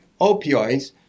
opioids